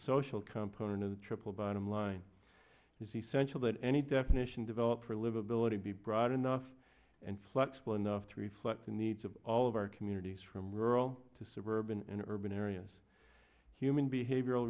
social component of the triple bottom line is essential that any definition developed for livability be broad enough and flexible enough to reflect the needs of all of our communities from rural to suburban in urban areas human behavioral